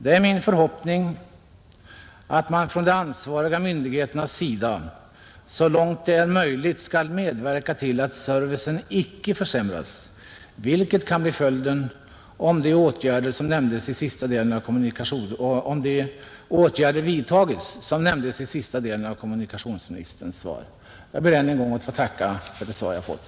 Det är min förhoppning att man från de ansvariga myndigheternas sida så långt det är möjligt skall medverka till att servicen icke försämras, vilket kan bli följden om de åtgärder vidtages som nämndes i sista delen av kommunikationsministerns svar. Jag ber än en gång att få tacka för det svar jag fått.